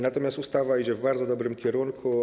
Natomiast ustawa idzie w bardzo dobrym kierunku.